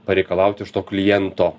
pareikalauti iš to kliento